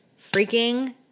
freaking